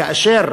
כאשר